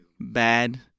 Bad